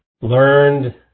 learned